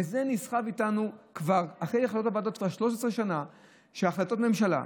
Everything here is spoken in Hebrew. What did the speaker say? וזה נסחב איתנו אחרי החלטת הוועדות כבר 13 שנה של החלטות ממשלה,